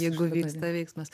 jeigu vyksta veiksmas